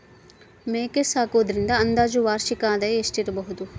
ಮೇಕೆ ಸಾಕುವುದರಿಂದ ಅಂದಾಜು ವಾರ್ಷಿಕ ಆದಾಯ ಎಷ್ಟಿರಬಹುದು?